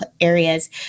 areas